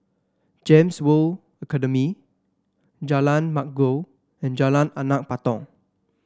Gems World Academy Jalan Bangau and Jalan Anak Patong